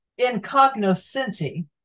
incognoscenti